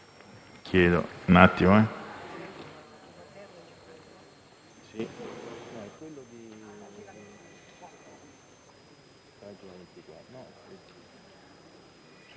chiedo un attimo,